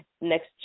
next